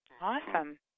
Awesome